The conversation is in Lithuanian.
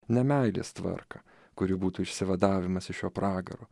ne meilės tvarką kuri būtų išsivadavimas iš šio pragaro